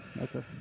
Okay